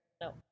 No